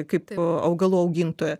kaip augalų augintoja